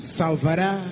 salvará